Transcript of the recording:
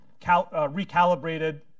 recalibrated